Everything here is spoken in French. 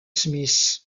smith